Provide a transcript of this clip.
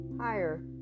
higher